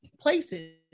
places